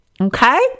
Okay